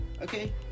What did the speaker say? Okay